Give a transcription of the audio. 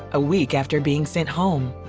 a week after being sent home.